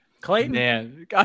Clayton